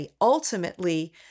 ultimately